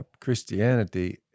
Christianity